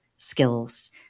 skills